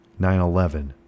9-11